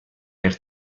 per